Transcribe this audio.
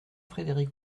frédéric